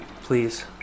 Please